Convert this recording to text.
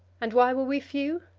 and why were we few?